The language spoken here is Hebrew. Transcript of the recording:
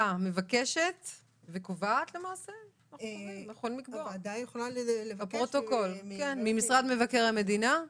יש לנו כאן נציגים ממשרד מבקר המדינה?